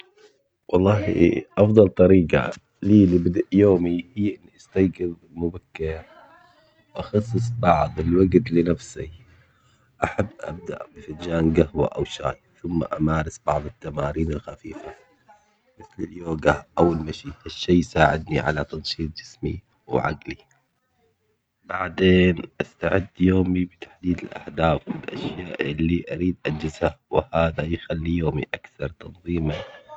والله أفضل طريقة لي لبدء يومي هي أستيقظ مبكر، وأخصص بعض الوقت لنفسي أحب أبدأ بفنجان قهوة أو شاي ثم أمارس بعض التمارين الخفيفة، مثل اليوقا أو المشي، هالشي يساعدني على تنشيط جسمي وعقلي، بعدين أستعد يومي بتحديد الأهداف والأشياء اللي أريد أنجزها وهذا يخلي يومي أكثر قيمة.